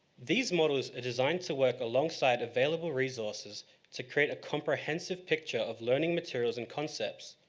these models are designed to work alongside available resources to create a comprehensive picture of learning materials and concepts.